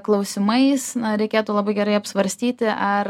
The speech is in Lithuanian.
klausimais reikėtų labai gerai apsvarstyti ar